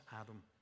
Adam